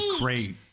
great